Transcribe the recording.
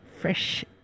fresh